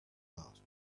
passed